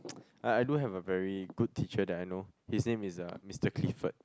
I I do have a very good teacher that I know his name is uh Mister Clifford